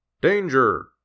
Danger